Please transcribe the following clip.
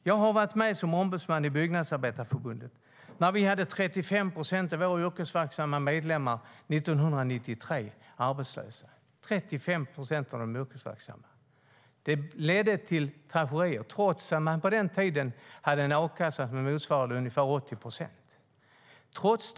Jag var ombudsman i Byggnadsarbetareförbundet 1993 när 35 procent av våra yrkesverksamma medlemmar var arbetslösa. Det ledde till tragedier trots att man på den tiden hade en a-kassa som motsvarade ungefär 80 procent av lönen.